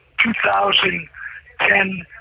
2,010